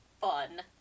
fun